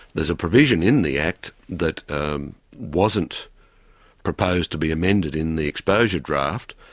there's a provision in the act that wasn't proposed to be amended in the exposure draft.